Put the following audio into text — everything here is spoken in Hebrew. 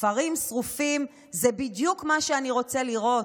כפרים שרופים זה בדיוק מה שאני רוצה לראות,